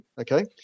Okay